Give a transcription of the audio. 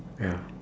ya